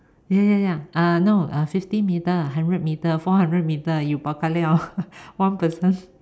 ya ya ya uh no <(uh) fifty metre hundred metre four hundred metre you bao ka liao ah one person